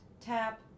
tap